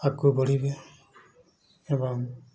ଆଗକୁ ବଢ଼ିବେ ଏବଂ